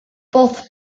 both